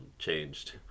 changed